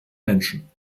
menschen